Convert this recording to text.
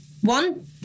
one